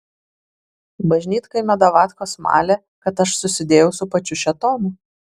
bažnytkaimio davatkos malė kad aš susidėjau su pačiu šėtonu